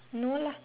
no lah